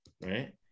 right